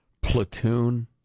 Platoon